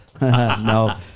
No